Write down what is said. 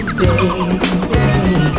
baby